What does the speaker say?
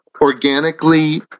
organically